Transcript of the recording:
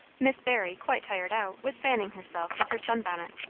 miss barry, quite tired out, was fanning herself with her sun-bonnet,